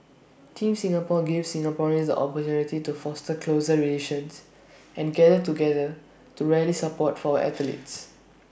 Team Singapore gives Singaporeans the opportunity to foster closer relations and gather together to rally support for our athletes